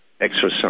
exercise